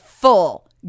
full